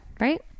Right